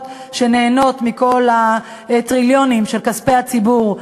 שנהנות מכל הטריליונים של כספי הציבור.